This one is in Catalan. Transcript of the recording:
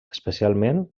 especialment